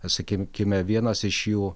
sakimkime vienas iš jų